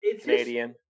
Canadian